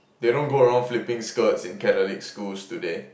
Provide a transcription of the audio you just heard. they don't go around flipping skirts in Catholic schools do they